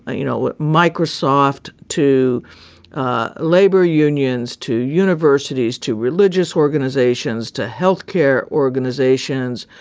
you know, microsoft to ah labor unions, to universities, to religious organizations, to health care organizations,